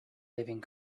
living